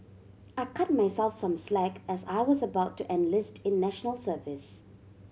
I cut myself some slack as I was about to enlist in National Service